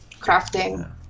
crafting